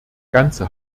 ganze